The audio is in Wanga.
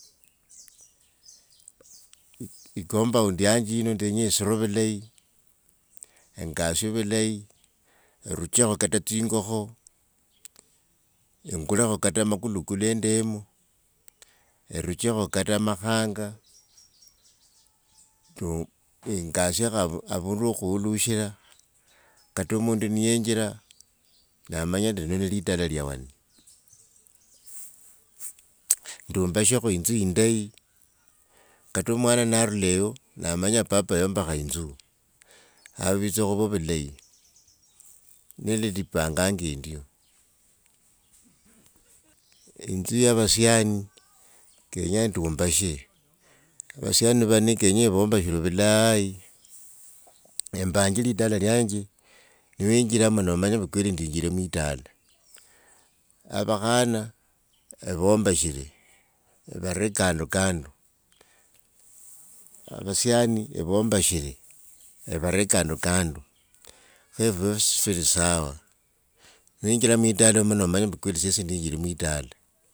Ikompound yanje ino ninya esire vulayi, ekasie vulayi, eruchekho kata tsingokho engulokho kata makulukulu endemo, eruchokho kata makhanga tuu engasiekho avuavundu wo khuwulushila kate mundu niyenjila namanyambu lino nelitala lia wane. Tsumbashakho itsu indayi kate omwana narula eyo lamanye baba yombakha itsu, khavyitsa khuva vulayi nelilipanganga endio itsu ya vasiani kenya ndumbashe, vasiani vano kenya evombashile vulayi, embanje litala lianje niwinjilamo nomanya kweli ndinjile mulitala. Avakhana evombashire evare kandokando, avasiani evombashile evaree kandokando khevhosi fulisawa niwinjila mwitala muno omanye siesi ninjile mwitala.